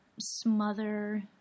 smother